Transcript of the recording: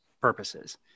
purposes